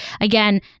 again